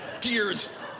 Gears